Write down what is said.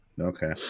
Okay